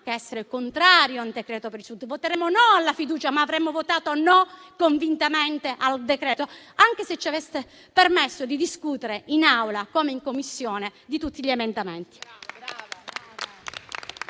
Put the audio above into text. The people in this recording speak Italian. che essere contrari a un decreto-legge per il Sud. Voteremo no alla fiducia, ma avremmo votato no convintamente al decreto-legge anche se ci aveste permesso di discutere, in Assemblea come in Commissione, di tutti gli emendamenti.